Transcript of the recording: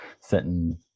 sitting